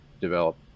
develop